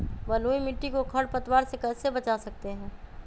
बलुई मिट्टी को खर पतवार से कैसे बच्चा सकते हैँ?